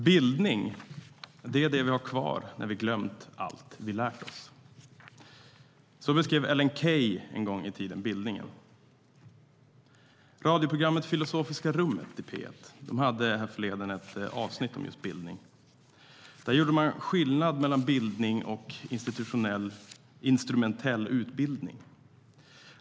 Fru talman! Bildning är det vi har kvar när vi har glömt allt vi lärt oss. Så beskrev Ellen Key en gång i tiden bildningen. Radioprogrammet Filosofiska rummet i P1 hade härförleden ett avsnitt om just bildning. Där gjorde man skillnad mellan bildning och institutionell, instrumentell utbildning.